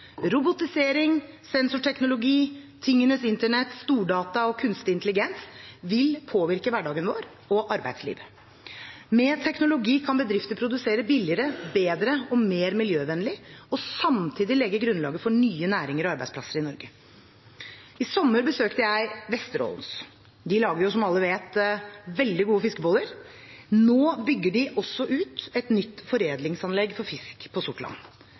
Robotisering, sensorteknologi, tingenes internett, stordata og kunstig intelligens vil påvirke hverdagen vår og arbeidslivet. Med teknologi kan bedrifter produsere billigere, bedre og mer miljøvennlig og samtidig legge grunnlaget for nye næringer og arbeidsplasser i Norge. I sommer besøkte jeg Vesteraalens. De lager, som alle vet, veldig gode fiskeboller. Nå bygger de ut et nytt foredlingsanlegg for fisk på Sortland.